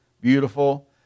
beautiful